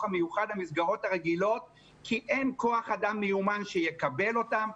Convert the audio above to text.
המיוחד למסגרות הרגילות כי אין כוח אדם מיומן שיקבל אותם,